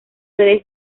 redes